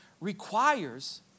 requires